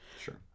Sure